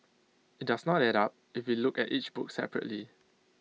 IT does not add up if we look at each book separately